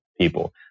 people